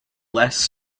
less